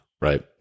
Right